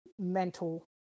Mental